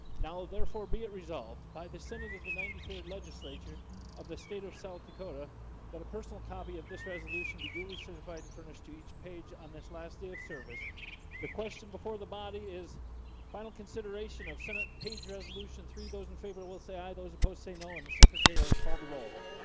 now therefore be it resolved by the senate of the ninety third legislature of the state of south dakota that a personal copy of this resolution be duly certified and furnished to each page on this last day of service the question before the body is final consideration of senate page resolution three those in favor will say aye those opposed say no in the secretary will call the roll